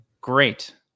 Great